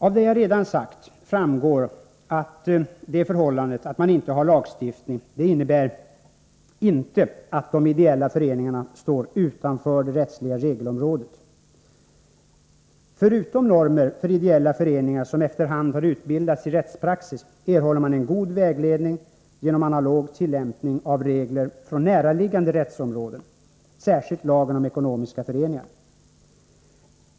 Av det som jag redan sagt framgår att avsaknaden av lagstiftning inte innebär att de ideella föreningarna står utanför det rättsliga regelområdet. Förutom de normer för ideella föreningar som efter hand har utbildats i rättspraxis erhåller man en god vägledning genom analog tillämpning av regler från näraliggande rättsområden, särskilt lagen om ekonomiska föreningar.